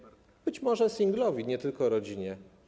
Być może singlowi, nie tylko rodzinie.